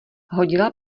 hodila